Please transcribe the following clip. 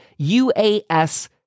UAS